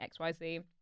XYZ